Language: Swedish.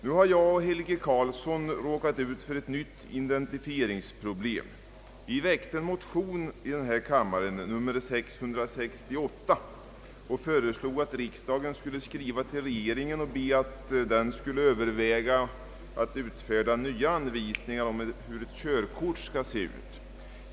Nu har jag och herr Helge Karlsson råkat ut för ett nytt identifieringsproblem. Vi väckte motionen I:668 och föreslog att riksdagen skulle skriva till regeringen och be den överväga att utfärda nya anvisningar om hur ett körkort skall se ut.